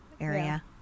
area